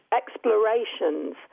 explorations